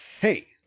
Hey